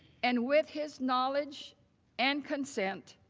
and with his knowledge and consent,